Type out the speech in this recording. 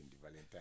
Valentine